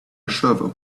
shovel